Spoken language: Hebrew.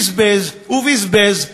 בזבז ובזבז,